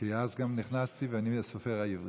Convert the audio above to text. כי אז גם אני נכנסתי, ואני סופר את העברי.